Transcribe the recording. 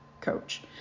coach